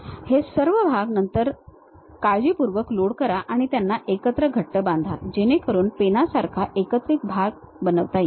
हे सर्व स्वतंत्र भाग नंतर काळजीपूर्वक लोड करा आणि त्यांना एकत्र घट्ट बांधा जेणेकरून पेनासारखा एकत्रित भाग बनवता येईल